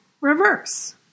reverse